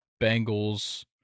Bengals